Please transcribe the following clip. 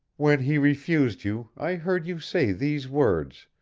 when he refused you i heard you say these words,